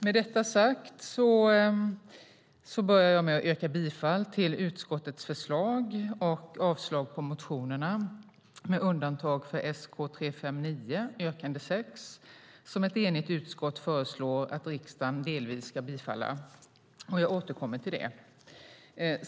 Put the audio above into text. Med detta sagt yrkar jag bifall till utskottets förslag och avslag på motionerna, med undantag för Sk359, yrkande 6, som ett enigt utskott föreslår att riksdagen delvis ska bifalla. Jag återkommer till det.